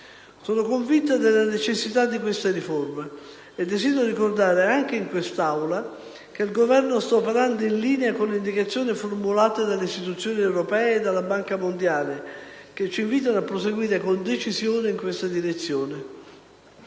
Sono convinta della necessità di questa riforma e desidero ricordare anche in quest'Aula che il Governo sta operando in linea con le indicazioni formulate dalle istituzioni europee e dalla Banca mondiale che ci invitano a proseguire con decisione in questa direzione.